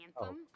anthem